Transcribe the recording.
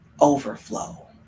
overflow